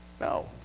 No